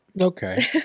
Okay